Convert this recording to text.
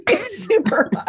super